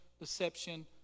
deception